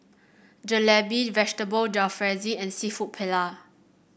Jalebi Vegetable Jalfrezi and seafood Paella